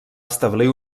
establir